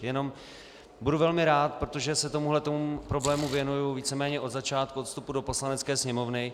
Jenom budu velmi rád, protože se tomuhle problému víceméně od začátku od vstupu do Poslanecké sněmovny.